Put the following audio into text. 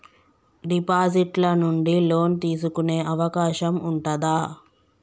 Deposit ల నుండి loan తీసుకునే అవకాశం ఉంటదా?